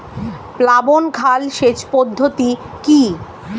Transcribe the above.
প্লাবন খাল সেচ পদ্ধতি কি?